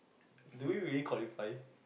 do you really qualify